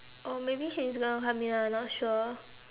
oh maybe she's gonna come here I not sure